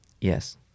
Yes